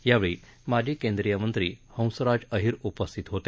यावेळी माजी केंद्रीय मंत्री हंसराज अहिर उपस्थित होते